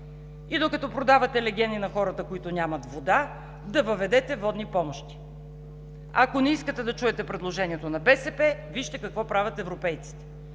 и докато продавате легени на хората, които нямат вода, да въведете водни помощи! Ако не искате да чуете предложението на БСП, вижте какво правят европейците.